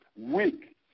weak